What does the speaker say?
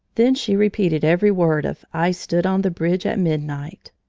then she repeated every word of i stood on the bridge at midnight.